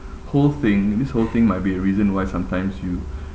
whole thing this whole thing might be a reason why sometimes you